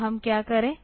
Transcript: तो हम क्या करें